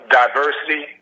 diversity